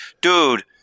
Dude